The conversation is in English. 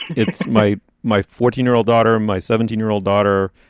it's my my fourteen year old daughter and my seventeen year old daughter,